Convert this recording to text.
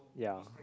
yeah